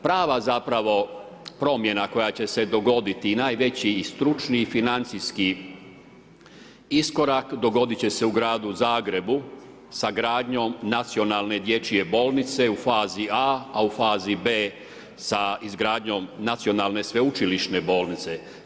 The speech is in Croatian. Prava zapravo promjena koja će se dogoditi i najveći stručni i financijski iskorak dogoditi će se u gradu Zagrebu sa gradnjom Nacionalne dječje bolnice u fazi A, a u fazi B sa izgradnjom Nacionalne sveučilišne bolnice.